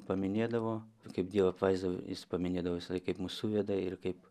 paminėdavo kaip dievo apvaizdą jis paminėdavo visąlaik kaip mus suveda ir kaip